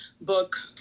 book